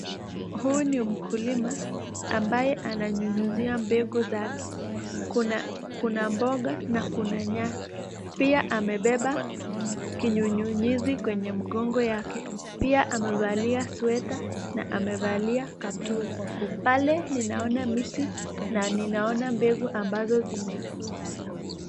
Huyu ni mkulima ambaye ananyunyizia mbegu zake, kuna mboga na kuna nyati, pia amebeba kinyunyunyizi kwenye mkongo yake pia amevalia sweta na amevalia kaptura, pale ninaona miti na ninaona mbegu ambazo zimekuwa.